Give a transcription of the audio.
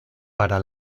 para